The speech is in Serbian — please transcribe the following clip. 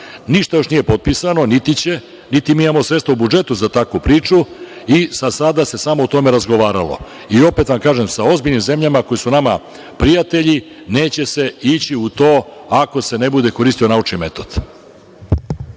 Ništa još nije potpisano, niti će, niti mi imamo sredstva u budžetu za takvu priču i za sada se samo o tome razgovaralo. Opet da vam kažem sa ozbiljnim zemljama koje su nama prijatelji neće se ići u to ako se ne bude koristio naučni metod.